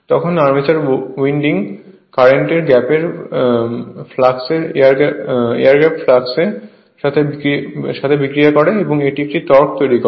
তখন armature winding current air gap ফ্লাক্সের সাথে বিক্রিয়া করে একটি টর্ক তৈরি করে